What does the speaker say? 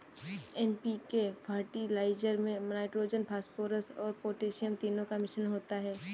NPK fertilizer में nitrogen, phosphorus और potassium तीनों का मिश्रण होता है